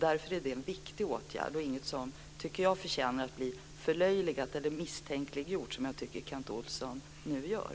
Därför är den en viktig åtgärd och ingenting som förtjänar att förlöjligas eller misstänkliggöras, som jag tycker att Kent Olsson nu gör.